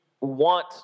want